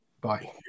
Bye